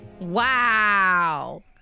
Wow